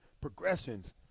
progressions